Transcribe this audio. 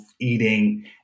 eating